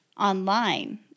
online